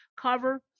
cover